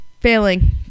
failing